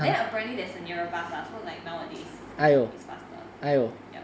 then apparently there's a nearer bus lah so like nowadays it's faster